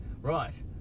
Right